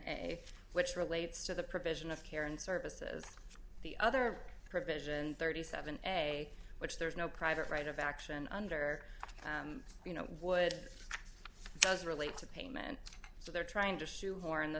a which relates to the provision of care and services the other provision thirty seven a which there is no private right of action under you know would does relate to payment so they're trying to shoehorn the